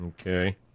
Okay